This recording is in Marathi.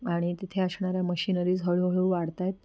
आणि तिथे असणाऱ्या मशीनरीज हळूहळू वाढत आहेत